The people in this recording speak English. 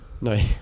No